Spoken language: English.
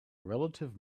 relative